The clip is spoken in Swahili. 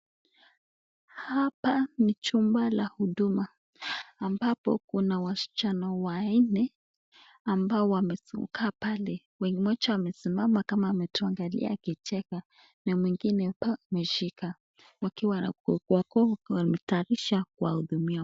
Hapa ni jumba la huduma ambapo kuna wasichana wanne ambao wamekaa pale. Mmoja amesimama kama ametuangalia akicheka na mwingine hapa ameshika wakiwa wako wanatayarisha kuwahudumia.